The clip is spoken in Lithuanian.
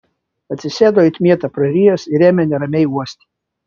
atsisėdo it mietą prarijęs ir ėmė neramiai uosti